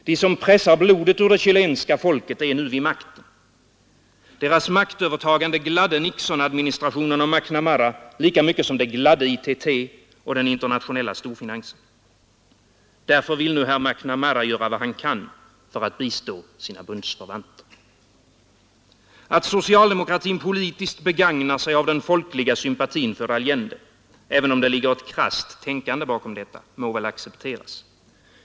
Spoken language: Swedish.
De som pressar blodet ur det chilenska folket är nu vid makten. Deras maktövertagande gladde Nixonadministrationen och McNamara lika mycket som det gladde ITT och den internationella storfinansen. Därför vill nu herr McNamara göra vad han kan för att bistå sina bundsförvanter. Att socialdemokratin politiskt begagnar sig av den folkliga sympatin för Allende, även om det ligger ett krasst tänkande bakom detta, må väl accepteras.